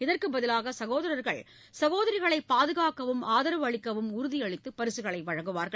இதற்கு பதிலாக சகோதரா்கள் சகோதரிகளை பாதுகாக்கவும் ஆதரவு அளிக்கவும் உறுதி அளித்து பரிசு வழங்குவார்கள்